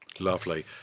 Lovely